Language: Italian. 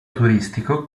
turistico